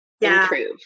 improve